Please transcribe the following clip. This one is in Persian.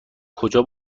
کجا